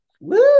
woo